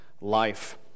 life